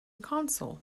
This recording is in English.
console